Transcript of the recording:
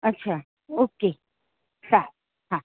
અચ્છા ઓકે સારું હા